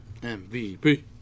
MVP